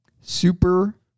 Super